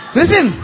listen